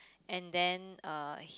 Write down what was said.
and then uh